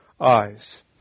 eyes